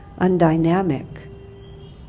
undynamic